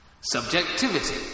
Subjectivity